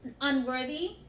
unworthy